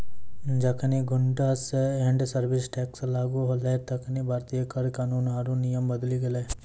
जखनि goods and service tax लागू होलै तखनि भारतीय कर कानून आरु नियम बदली गेलै